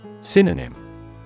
Synonym